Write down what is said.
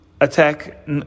attack